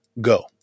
go